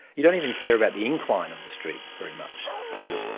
you don't even care about the incline of the street and very much. so,